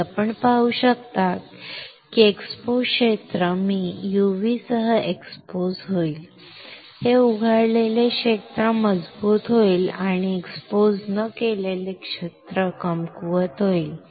आणि आपण पाहू शकता की एक्सपोज क्षेत्र मी UV सह एक्सपोज होईल हे उघडलेले क्षेत्र मजबूत होईल आणि एक्सपोज न केलेले क्षेत्र कमकुवत होईल